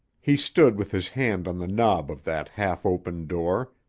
he stood with his hand on the knob of that half-opened door,